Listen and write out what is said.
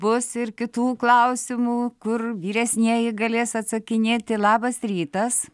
bus ir kitų klausimų kur vyresnieji galės atsakinėti labas rytas